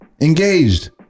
engaged